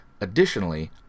Additionally